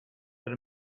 that